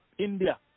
India